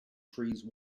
freeze